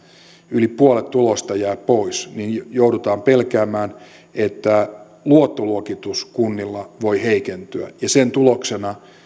yli puolet tuloista jää pois niin joudutaan pelkäämään että luottoluokitus kunnilla voi heikentyä ja sen tuloksena